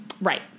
Right